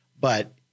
But-